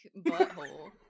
butthole